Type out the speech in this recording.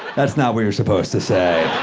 that's not what you're supposed to say.